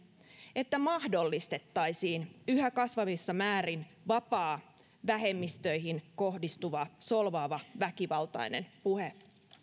että mahdollistettaisiin yhä kasvavissa määrin vapaa vähemmistöihin kohdistuva solvaava väkivaltainen puhe